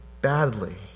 badly